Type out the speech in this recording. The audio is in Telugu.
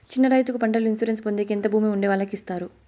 చిన్న రైతుకు పంటల ఇన్సూరెన్సు పొందేకి ఎంత భూమి ఉండే వాళ్ళకి ఇస్తారు?